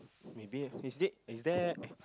maybe a visit is there